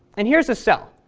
and here's a cell,